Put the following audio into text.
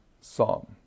psalm